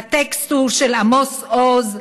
הטקסט הוא של עמוס עוז,